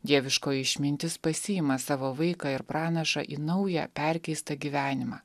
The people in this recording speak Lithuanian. dieviškoji išmintis pasiima savo vaiką ir pranašą į naują perkeistą gyvenimą